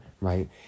right